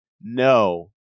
No